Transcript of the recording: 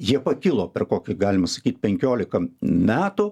jie pakilo per kokį galima sakyti penkiolika metų